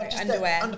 Underwear